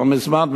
כבר מזמן,